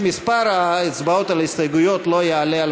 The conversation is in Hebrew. מספר ההצבעות על ההסתייגויות לא יעלה על